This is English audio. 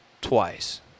twice